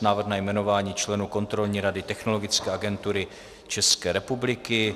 Návrh na jmenování členů Kontrolní rady Technologické agentury České republiky